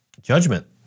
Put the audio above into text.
judgment